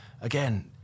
again